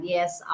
Yes